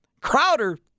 Crowder